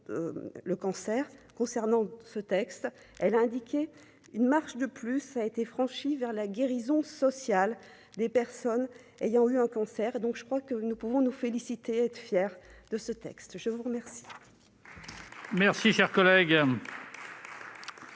concernant ce texte, elle a indiqué une marche de plus a été franchi vers la guérison sociale des personnes ayant eu un cancer et donc je crois que nous pouvons nous féliciter être fiers de ce texte, je vous remercie.